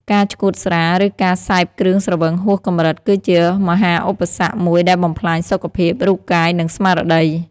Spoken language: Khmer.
ការឆ្កួតស្រា ឬការសេពគ្រឿងស្រវឹងហួសកម្រិត គឺជាមហាឧបសគ្គមួយដែលបំផ្លាញសុខភាព រូបកាយ និងស្មារតី។